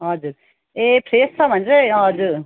हजुर ए फ्रेस छ भने चाहिँ हजुर